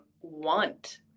want